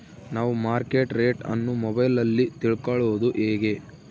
ನಾವು market rate ಅನ್ನು ಮೊಬೈಲಲ್ಲಿ ತಿಳ್ಕಳೋದು ಹೇಗೆ?